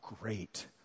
great